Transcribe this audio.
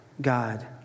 God